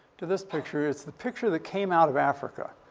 to this picture. it's the picture that came out of africa.